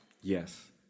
Yes